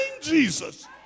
Jesus